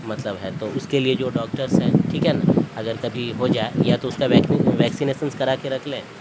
مطلب ہے تو اس کے لیے جو ڈاکٹرس ہیں ٹھیک ہے نا اگر کبھی ہو جائے یا تو اس کا ویک ویکسینیسنس کرا کے رکھ لیں